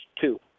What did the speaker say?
two